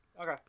Okay